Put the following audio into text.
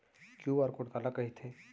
QR code काला कहिथे?